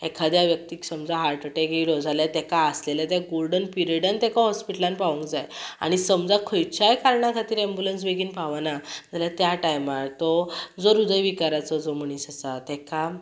एखाद्या व्यक्तीक समजा हार्टएटक येयलो जाल्यार ताका आसलेल्या त्या गोल्डन पिरयडान ताका हॉस्पीटलना पावोवंक जाय आमी समजा खंयच्याय कारणा खातीर अँबुलन्स बेगीन पावना जाल्यार त्या टायमार तो ह्रदय विकाराचो जो मनीस आसा ताका